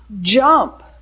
Jump